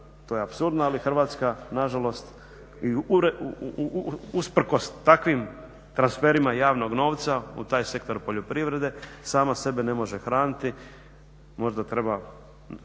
to je apsurdno, ali Hrvatska nažalost i usprkos takvim transferima javnog novca u taj sektor poljoprivrede sama sebe ne može hraniti. Možda treba